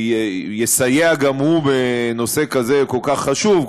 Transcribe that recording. יסייע גם הוא בנושא כל כך חשוב.